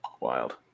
Wild